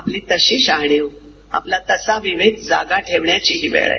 आपली तशी जाणीव आपला तसा विवेक जागा टेवण्याची ही वेळ आहे